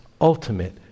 ultimate